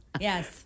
Yes